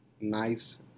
nice